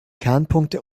kernpunkte